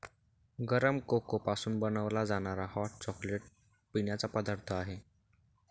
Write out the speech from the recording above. गरम कोको पासून बनवला जाणारा हॉट चॉकलेट पिण्याचा पदार्थ आहे